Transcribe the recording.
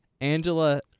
Angela